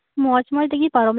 ᱢᱚᱪ ᱢᱚᱪᱛᱮᱜᱤ ᱯᱟᱨᱚᱢ